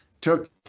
took